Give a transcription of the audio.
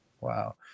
Wow